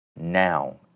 Now